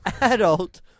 adult